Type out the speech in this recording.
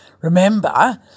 remember